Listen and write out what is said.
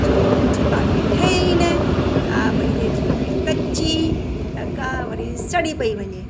जो मुंहिंजी बाटी ठहे ई न कोई पई रहिजी वञे कची त कोई वरी सड़ी पई वञे